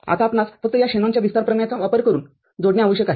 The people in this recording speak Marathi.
आता आपणास फक्त या शॅनॉनच्या विस्तार प्रमेयाचा वापर करून जोडणे आवश्यक आहे